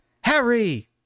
Harry